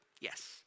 Yes